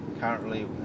currently